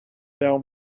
then